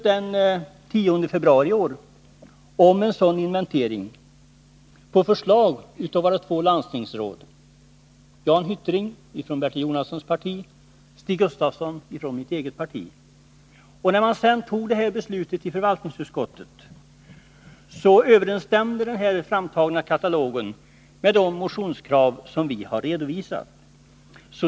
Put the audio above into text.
Den 10 februari i år beslöts om en sådan inventering på förslag från våra två landstingsråd, Jan Hyttring från centerpartiet och Stig Gustafsson från socialdemokraterna. När beslutet sedan fattades i förvaltningsutskottet överenstämde den framtagna katalogen med de motionskrav som vi har redovisat.